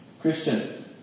Christian